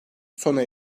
sona